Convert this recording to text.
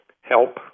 help